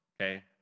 okay